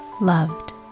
loved